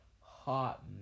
hot